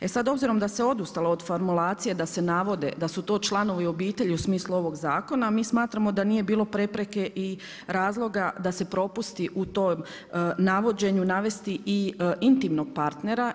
E sada obzirom da se odustalo od formulacije da se navode, da su to članovi obitelji u smislu ovog zakona mi smatramo da nije bilo prepreke i razloga i da se propusti u tom navođenju navesti i intimnog partnera.